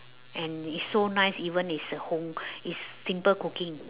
and it's so nice even is a home is simple cooking